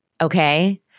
Okay